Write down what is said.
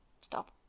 Stop